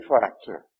factor